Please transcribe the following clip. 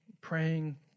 praying